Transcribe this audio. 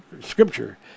scripture